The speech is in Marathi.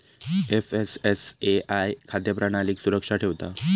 एफ.एस.एस.ए.आय खाद्य प्रणालीक सुरक्षित ठेवता